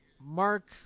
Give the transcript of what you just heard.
Mark